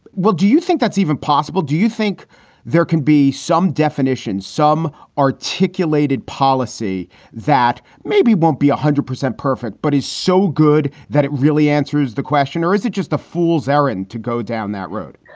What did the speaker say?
what do you think that's even possible? do you think there can be some definition, some articulated policy that maybe won't be one ah hundred percent perfect, but is so good that it really answers the question? or is it just a fool's errand to go down that road?